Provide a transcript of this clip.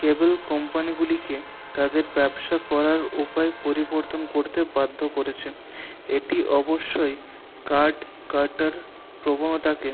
কেবল কোম্পানিগুলিকে তাদের ব্যবসা করার উপায় পরিবর্তন করতে বাধ্য করেছে এটি অবশ্যই কার্ড কাটার প্রবণতাকে